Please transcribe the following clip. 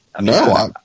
No